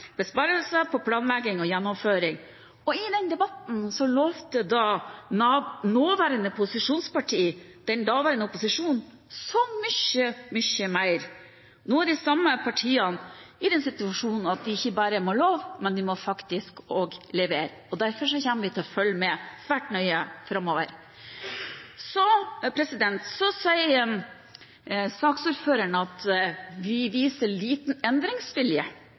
besparelser på planlegging og gjennomføring. I den debatten lovte nåværende posisjonspartier – den daværende opposisjonen – så mye, mye mer. Nå er de samme partiene i den situasjonen at de ikke bare må love, de må faktisk også levere. Derfor kommer vi til å følge svært nøye med framover. Så sier saksordføreren at vi viser liten endringsvilje.